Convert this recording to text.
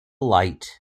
light